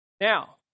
Now